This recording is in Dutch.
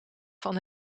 van